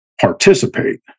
participate